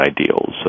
ideals